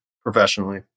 professionally